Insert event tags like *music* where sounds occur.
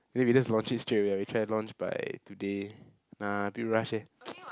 maybe we just launch it straight away we try to launch by today ah a bit rush eh *noise*